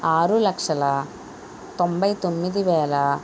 ఆరు లక్షల తొంభై తొమ్మిది వేల